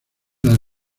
las